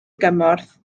gymorth